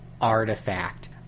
artifact